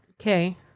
Okay